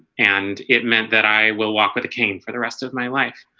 and it meant that i will walk with a cane for the rest of my life